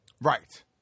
right